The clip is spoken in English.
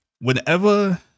whenever